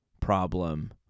problem